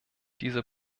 diese